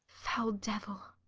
foul devil,